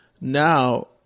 Now